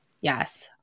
Yes